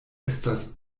estas